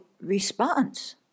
response